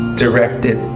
directed